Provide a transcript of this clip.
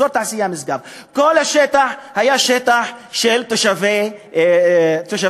אזור תעשייה משגב כל השטח היה שטח של תושבי סח'נין,